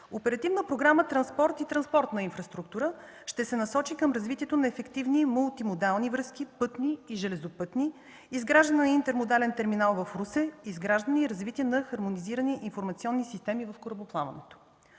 Оперативна програма „Транспорт и транспортна инфраструктура” ще се насочи към развитието на ефективни и мултимодални връзки, пътни и железопътни, изграждане на интермодален терминал в Русе, изграждане и развитие на хармонизирани информационни системи в корабоплаването.